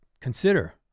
consider